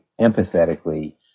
empathetically